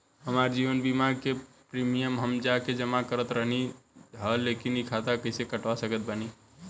हमार जीवन बीमा के प्रीमीयम हम जा के जमा करत रहनी ह लेकिन अब खाता से कइसे कटवा सकत बानी?